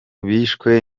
bishwe